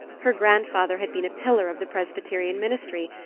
her grandfather had been a pillar of the presbyterian ministry,